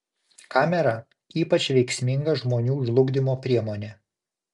kamera ypač veiksminga žmonių žlugdymo priemonė